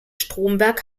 stromberg